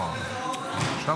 אני באמת רוצה